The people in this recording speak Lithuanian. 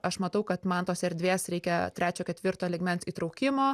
aš matau kad man tos erdvės reikia trečio ketvirto lygmens įtraukimo